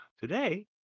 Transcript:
Today